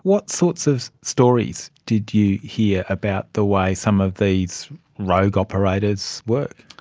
what sorts of stories did you hear about the way some of these rogue operators work?